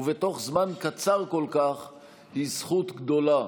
כינון קשרי דיפלומטיה,